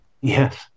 Yes